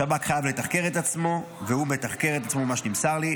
השב"כ חייב לתחקר את עצמו והוא מתחקר את עצמו ממה שנמסר לי.